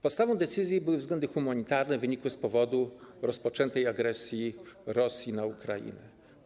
Podstawą decyzji były względy humanitarne wynikłe z rozpoczętej agresji Rosji na Ukrainę.